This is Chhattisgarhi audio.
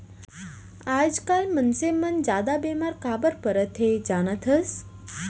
आजकाल मनसे मन जादा बेमार काबर परत हें जानत हस?